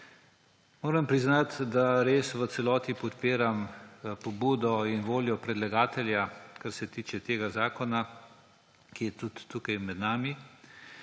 Moram priznati, da res v celoti podpiram pobudo in voljo predlagatelja, kar se tiče tega zakona, ki je tudi tukaj med nami;